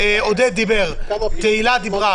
חברת הכנסת תהלה פרידמן?